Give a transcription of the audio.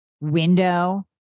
window